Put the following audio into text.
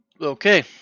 Okay